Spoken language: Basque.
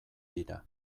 dira